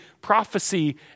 prophecy